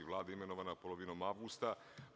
Vlada je imenovana polovinom avgusta meseca.